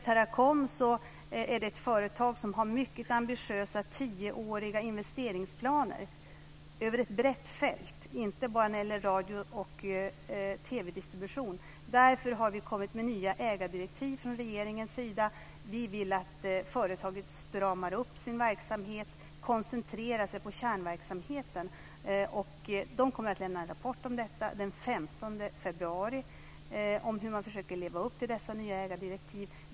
Teracom är ett företag som har mycket ambitiösa tioåriga investeringsplaner över ett brett fält, inte bara när det gäller radio och TV-distribution. Därför har vi kommit med nya ägardirektiv från regeringens sida. Vi vill att företaget stramar upp sin verksamhet och koncentrerar sig på kärnverksamheten. De kommer att lämna en rapport om detta den 15 februari, om hur de försöker leva upp till dessa nya ägardirektiv.